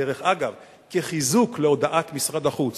דרך אגב, כחיזוק להודעת משרד החוץ